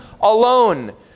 alone